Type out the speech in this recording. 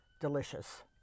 delicious